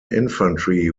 infantry